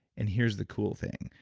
and here's the cool thing.